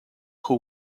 who